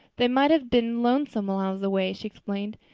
they might have been lonesome while i was away, she explained.